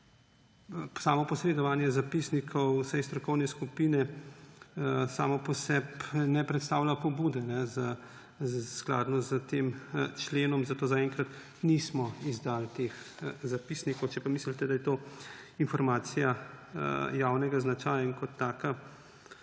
Posredovanje zapisnikov sej strokovne skupine samo po sebi ne predstavlja pobude, skladno s tem členom, zato zaenkrat nismo izdali teh zapisnikov. Če pa mislite, da je to informacija javnega značaja, pa bomo tudi